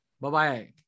Bye-bye